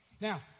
Now